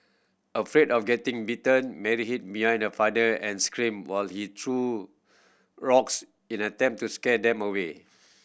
afraid of getting bitten Mary hid behind her father and screamed while he threw rocks in an attempt to scare them away